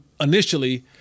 initially